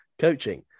coaching